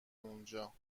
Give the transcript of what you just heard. اونجا